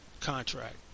contract